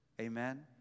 Amen